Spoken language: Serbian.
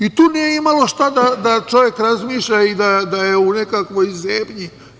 I tu nije imalo šta čovek da razmišlja i da je u nekakvoj zebnji.